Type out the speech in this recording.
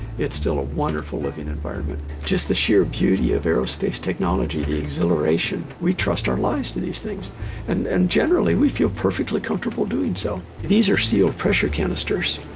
it's still a wonderful living environment. just the sheer beauty of aerospace technology. the exhilaration. we trust our lives to these things and and generally we feel perfectly comfortable doing so. these are sealed pressure canisters.